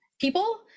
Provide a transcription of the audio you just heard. people